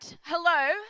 hello